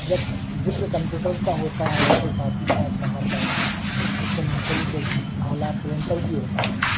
جب ذکر کمپیوٹر کا ہوتا ہے تو ساتھ ہی ساتھ وہاں پر اس سے منسلک ایک آلہ پرنٹر بھی ہوتا ہے